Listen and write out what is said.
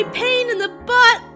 pain-in-the-butt